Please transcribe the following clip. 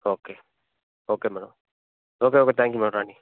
okay okay madam okay okay thank you madam రాండి